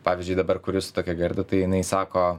pavyzdžiui dabar kuriu su tokia gerda tai jinai sako